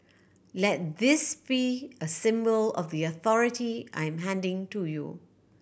let this be a symbol of the authority I'm handing to you